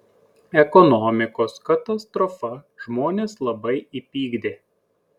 ekonomikos katastrofa žmones labai įpykdė